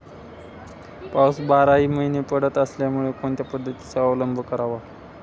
पाऊस बाराही महिने पडत असल्यामुळे कोणत्या पद्धतीचा अवलंब करावा?